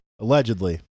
allegedly